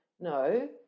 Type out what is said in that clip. No